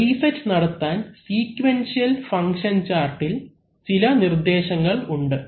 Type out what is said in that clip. reset നടത്താൻ sequential function ചാർട്ടിൽ ചില നിർദേശങ്ങൾ ഉണ്ട്